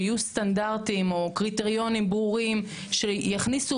שיהיו סטנדרטים או קריטריונים ברורים שיכניסו